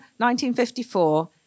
1954